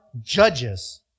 judges